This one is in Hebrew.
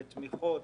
בתמיכות,